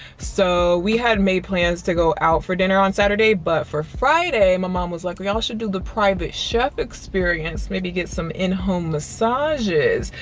so we had made plans to go out for dinner on saturday. but for friday, my mom was like, we all should do the private chef experience. maybe get some in-home massages.